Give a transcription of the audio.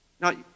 Now